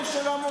לא,